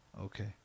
Okay